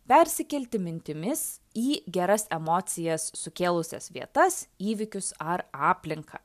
persikelti mintimis į geras emocijas sukėlusias vietas įvykius ar aplinką